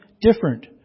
different